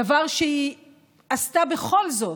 דבר שהיא עשתה בכל זאת,